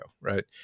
Right